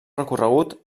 recorregut